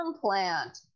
plant